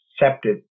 accepted